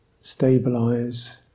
stabilize